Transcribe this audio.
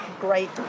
great